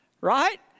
Right